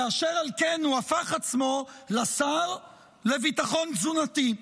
ואשר על כן הוא הפך עצמו לשר לביטחון תזונתי.